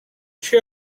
she